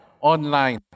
online